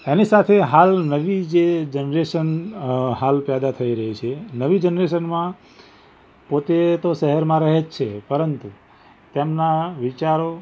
એની સાથે હાલ નવી જે જનરેશન અ હાલ પેદા થઈ રહી છે નવી જનરેશનમાં પોતે તો શહેરમાં રહે જ છે પરંતુ તેમના વિચારો